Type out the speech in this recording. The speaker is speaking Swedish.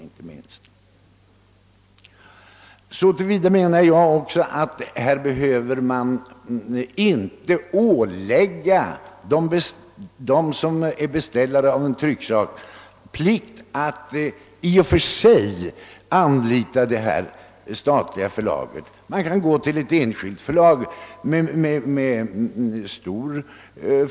Den är också skiftande, det nya förslaget erbjuder behövliga tjänster, därför behöver man inte ålägga statliga myndigheter och institutioner att anlita det statliga förlaget vid beställning av trycksaker, om inte detta visar sig fördelaktigast.